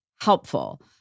helpful